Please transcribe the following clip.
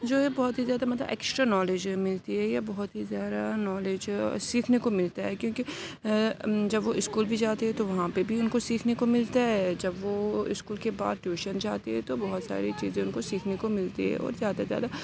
جو ہے بہت ہی زیادہ مطلب ایکشٹرا نالج ملتی ہے یا بہت ہی زیادہ نالج سیکھنے کو ملتا ہے کیونکہ جب وہ اسکول بھی جاتے ہے تو وہاں پہ بھی ان کو سیکھنے کو ملتا ہے جب وہ اسکول کے بعد ٹیوشن جاتے ہیں تو بہت ساری چیزیں ان کو ملتی ہے اور زیادہ زیادہ